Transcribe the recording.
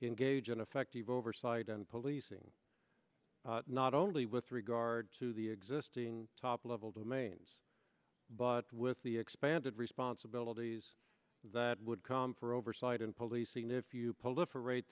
engage in effective oversight and policing not only with regard to the existing top level domains but with the expanded responsibilities that would come for oversight and policing if you poll it for ra